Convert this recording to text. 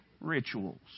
rituals